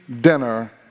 dinner